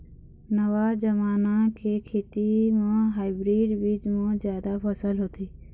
नवा जमाना के खेती म हाइब्रिड बीज म जादा फसल होथे